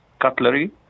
cutlery